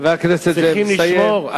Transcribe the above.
צריכים לשמור,